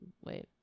Wait